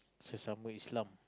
sesama Islam